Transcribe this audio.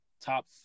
top